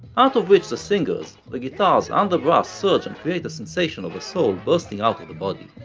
out of which the singers, the guitars and the brass surge and create the sensation of a soul bursting out of the body.